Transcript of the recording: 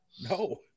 No